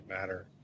matter